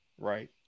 right